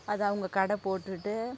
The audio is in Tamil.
அதை அவங்க கடை போட்டுட்டு